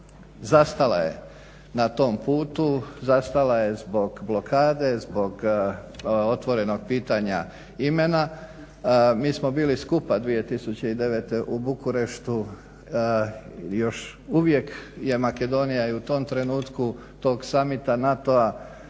zastala je na tom putu, zastala je zbog blokade, zbog otvorenog pitanja imena. Mi smo bili skupa 2009.u Bukureštu, još uvijek je Makedonija i u tom trenutku tog Samita NATO-a